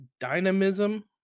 dynamism